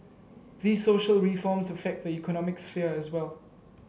these social reforms affect the economic sphere as well